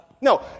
No